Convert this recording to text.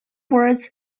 was